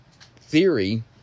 theory